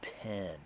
pen